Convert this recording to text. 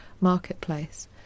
marketplace